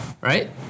Right